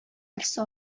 берсе